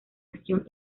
acción